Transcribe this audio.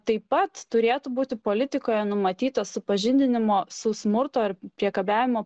taip pat turėtų būti politikoje numatyta supažindinimo su smurto ir priekabiavimo